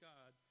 God